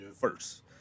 first